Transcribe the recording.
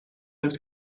heeft